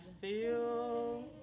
feel